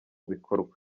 bikorwa